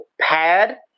pad